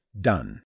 Done